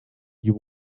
you